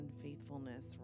unfaithfulness